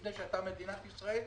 לפני שהייתה מדינת ישראל.